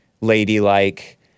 ladylike